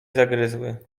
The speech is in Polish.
zagryzły